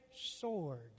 sword